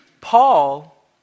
Paul